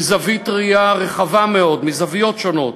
מזווית ראייה רחבה מאוד, מזוויות שונות,